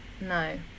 no